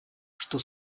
что